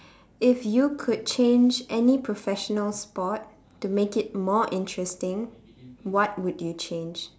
if you could change any professional sport to make it more interesting what would you change